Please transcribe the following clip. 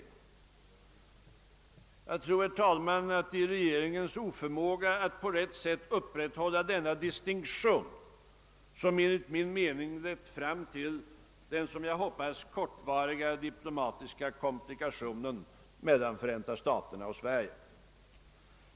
Jag tror, herr talman, att det är regeringens oförmåga att på rätt sätt upprätthålla denna distinktion, som lett fram till den som jag hoppas kortvariga diplomatiska komplikationen mellan Förenta staterna och Sverige.